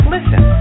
Listen